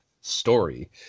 story